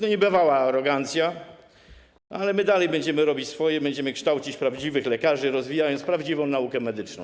To niebywała arogancja, ale dalej będziemy robić swoje, będziemy kształcić prawdziwych lekarzy, rozwijając prawdziwą naukę medyczną.